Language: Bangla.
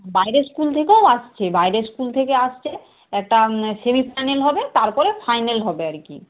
বাইরের স্কুল থেকেও আসছে বাইরের স্কুল থেকে আসছে একটা সেমি ফাইনাল হবে তারপরে ফাইনাল হবে আর কি